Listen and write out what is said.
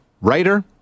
writer